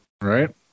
right